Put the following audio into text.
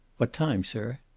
what time, sir?